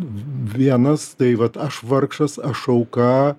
vienas tai vat aš vargšas aš auka